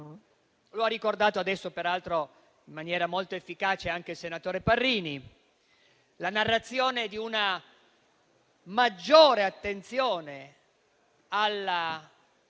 Lo ha ricordato adesso, peraltro in maniera molto efficace, anche il senatore Parrini. La narrazione di una maggiore attenzione alla